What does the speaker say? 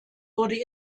wurde